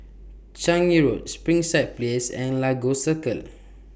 Changi Road Springside Place and Lagos Circle